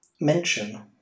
mention